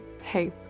hey